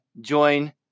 join